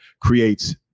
creates